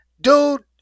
dude